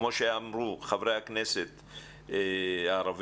כמו שביקשו חברי הכנסת הערבים.